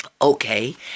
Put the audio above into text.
Okay